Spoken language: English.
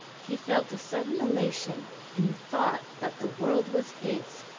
he felt a sudden elation in the thought that the world was his.